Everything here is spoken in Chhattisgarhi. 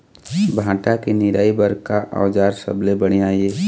भांटा के निराई बर का औजार सबले बढ़िया ये?